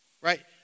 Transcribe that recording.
right